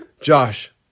Josh